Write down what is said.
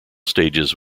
stages